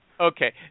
Okay